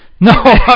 No